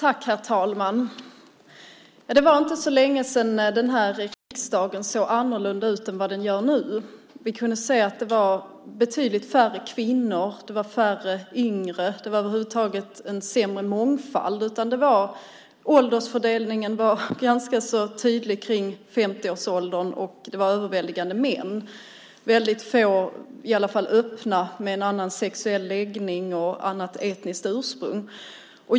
Herr talman! Det var inte så länge sedan riksdagen såg annorlunda ut än vad den gör nu. Vi kunde se att det var betydligt färre kvinnor och färre yngre och att det över huvud taget var en sämre mångfald. Åldersfördelningen var ganska tydlig, med de flesta kring 50-årsåldern, och det var övervägande män. Det var få, i alla fall öppet, med annan sexuell läggning och annat etniskt ursprung.